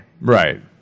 Right